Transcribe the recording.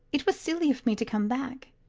it was silly of me to come back.